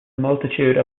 multitude